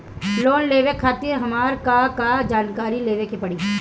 Loan लेवे खातिर हमार का का जानकारी देवे के पड़ी?